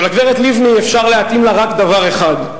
אבל הגברת לבני אפשר להתאים לה רק דבר אחד,